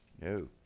No